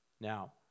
Now